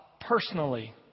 personally